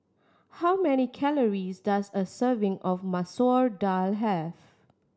how many calories does a serving of Masoor Dal have